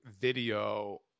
video